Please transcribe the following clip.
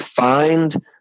find